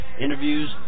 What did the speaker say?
interviews